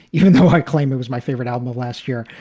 even though i claim it was my favorite album of last year.